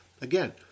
Again